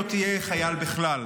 לא תהיה חייל בכלל,